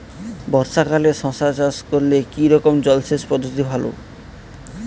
বর্ষাকালে শশা চাষ করলে কি রকম জলসেচ পদ্ধতি ভালো?